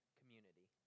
community